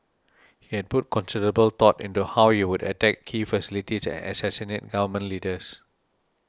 he had put considerable thought into how he would attack key facilities and assassinate Government Leaders